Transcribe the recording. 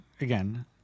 again